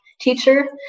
teacher